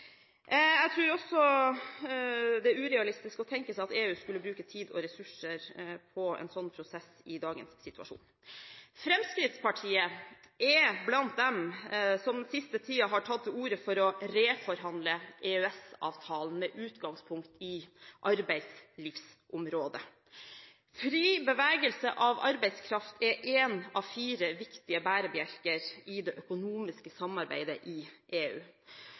Jeg tror også det er urealistisk å tenke seg at EU skulle bruke tid og ressurser på en slik prosess i dagens situasjon. Fremskrittspartiet er blant dem som den siste tiden har tatt til orde for å reforhandle EØS-avtalen, med utgangspunkt i arbeidslivsområdet. Fri bevegelse av arbeidskraft er én av fire viktige bærebjelker i det økonomiske samarbeidet i EU.